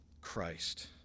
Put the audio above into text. Christ